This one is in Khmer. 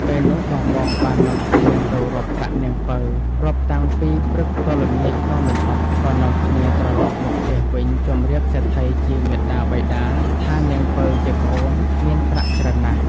ពេលនោះបងៗបាននាំគ្នាទៅរាប់ប្រាក់នាងពៅ រាប់តាំងពីព្រឹកទល់ល្ងាចក៏មិនអស់ ក៏នាំគ្នាត្រឡប់មកផ្ទះវិញជម្រាបសេដ្ឋីជាមាតាបិតាថានាងពៅជាប្អូនមានប្រាក់ច្រើនណាស់។